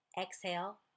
exhale